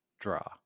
draw